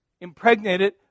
impregnated